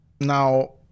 Now